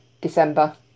December